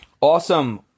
Awesome